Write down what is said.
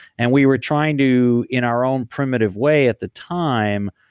and we were trying to in our own primitive way at the time,